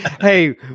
hey